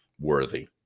worthy